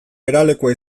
geralekua